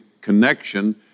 connection